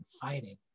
fighting